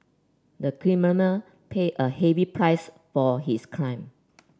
the criminal paid a heavy price for his crime